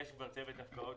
מונה כבר צוות הפקעות